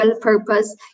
purpose